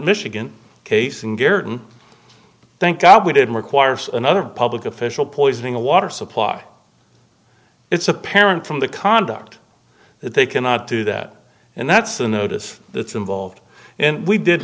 michigan case and dared thank god we didn't require another public official poisoning the water supply it's apparent from the conduct that they cannot do that and that's the notice that's involved and we did